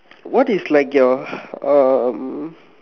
what is like your um